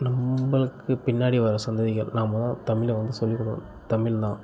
நம்மளுக்கு பின்னாடி வர சந்ததிகள் நாமோ தமிழை வந்து சொல்லிக்கொடுக்கணும் தமிழ் தான்